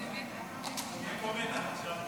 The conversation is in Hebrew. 31 בעד, אין מתנגדים, שניים נוכחים.